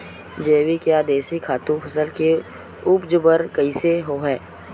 जैविक या देशी खातु फसल के उपज बर कइसे होहय?